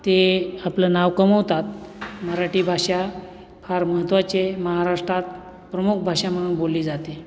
ते आपलं नाव कमवतात मराठी भाषा फार महत्त्वाची आहे महाराष्ट्रात प्रमुख भाषा म्हणून बोलली जाते